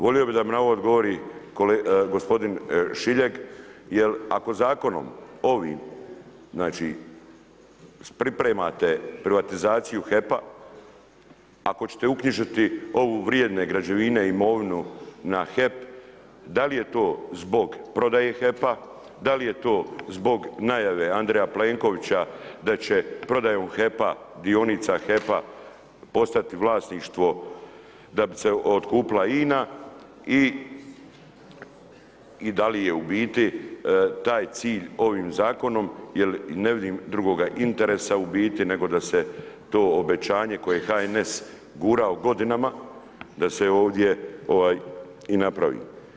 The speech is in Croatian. Volio bih da mi na ovo odgovori gospodin Šiljeg jer ako zakonom ovim pripremate privatizaciju HEP-a ako ćete uknjižiti vrijedne građevine, imovinu na HEP da li je to zbog prodaje HEP-a, da li je to zbog najave Andreja Plenkovića da će prodajom dionica HEP-a postati vlasništvo da bi se otkupila INA i da li je u biti taj cilj ovim zakonom jer ne vidim drugoga interesa u biti, nego da se to obećanje koje je HNS gurao godinama, da se ovdje i napravi.